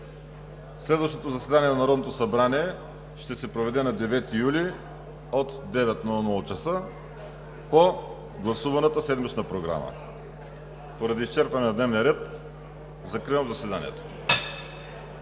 Следващото заседание на Народното събрание ще се проведе на 9 юли 2020 г. от 9,00 ч. по гласуваната Седмична програма. Поради изчерпване на дневния ред закривам заседанието.